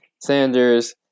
Sanders